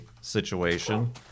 situation